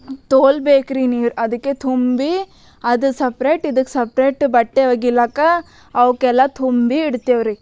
ತೋಲ್ ಬೇಕ್ರಿ ನೀರು ಅದಕ್ಕೆ ತುಂಬಿ ಅದು ಸಪ್ರೇಟ್ ಇದಕ್ಕೆ ಸಪ್ರೇಟ್ ಬಟ್ಟೆ ಒಗಿಲಾಕ ಅವುಕ್ಕೆಲ್ಲ ತುಂಬಿ ಇಡ್ತೇವ್ರಿ